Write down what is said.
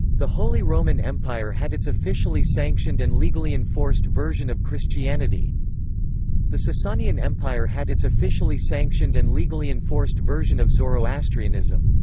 the holy roman empire had its officially sanctioned and legally enforced version of christianity the sasanian empire had its officially sanctioned and legally enforced version of zoroastrianism.